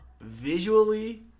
visually